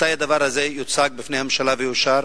מתי הדבר הזה יוצג בפני הממשלה ויאושר?